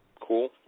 cool